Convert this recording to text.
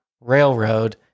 Railroad